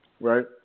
right